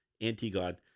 anti-god